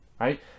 right